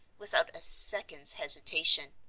without a second's hesitation,